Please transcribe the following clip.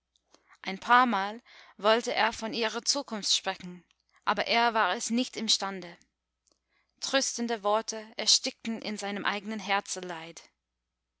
ein paarmal wollte er von ihrer zukunft sprechen aber er war es nicht imstande tröstende worte erstickten in seinem eigenen